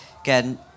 Again